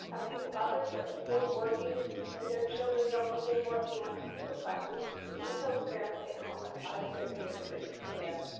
a few others are still working and their children don't begin working on school assignments until the parents get home at five thirty or six p m.